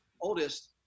oldest